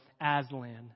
Aslan